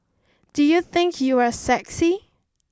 do you think you are sexy